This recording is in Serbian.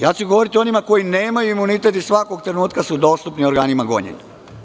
Ja ću govoriti o onima koji nemaju imunitet i svakog trenutka su dostupni organima gonjenja.